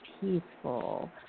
peaceful